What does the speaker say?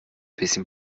bisschen